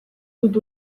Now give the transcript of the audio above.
dut